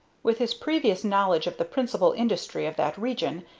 with his previous knowledge of the principal industry of that region,